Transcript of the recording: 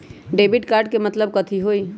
Debit card के मतलब कथी होई?